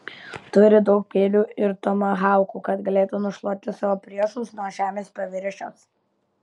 turi daug peilių ir tomahaukų kad galėtų nušluoti savo priešus nuo žemės paviršiaus